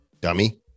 dummy